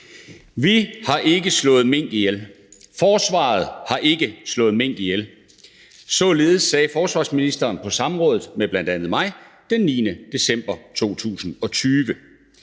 Vi har ikke slået mink ihjel, forsvaret har ikke slået mink ihjel – således sagde forsvarsministeren på samrådet med bl.a. mig den 9. december 2020.